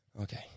Okay